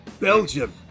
Belgium